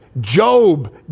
Job